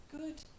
good